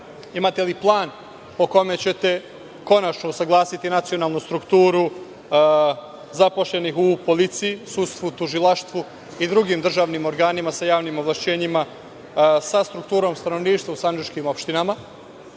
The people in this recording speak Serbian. imate li plan po kome ćete, konačno, usaglasiti nacionalnu strukturu zaposlenih u policiji, sudstvu, tužilaštvu i drugim državnim organima sa javnim ovlašćenjima, sa strukturom stanovništva u sandžačkim opštinama.U